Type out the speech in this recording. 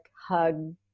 hug